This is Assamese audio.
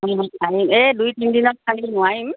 এই দুই তিনদিনত খালি নোৱাৰিম